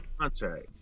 contact